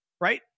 right